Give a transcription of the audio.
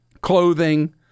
Clothing